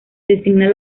designa